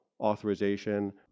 authorization